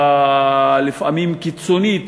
הלפעמים-קיצונית,